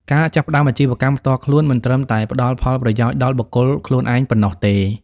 ការចាប់ផ្តើមអាជីវកម្មផ្ទាល់ខ្លួនមិនត្រឹមតែផ្តល់ផលប្រយោជន៍ដល់បុគ្គលខ្លួនឯងប៉ុណ្ណោះទេ។